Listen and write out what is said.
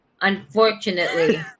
unfortunately